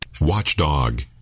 Watchdog